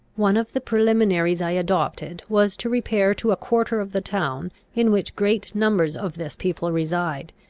one of the preliminaries i adopted, was to repair to a quarter of the town in which great numbers of this people reside,